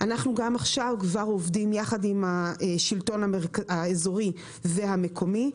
כבר עכשיו אנחנו עובדים יחד עם השלטון האזורי והמקומי,